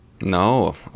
No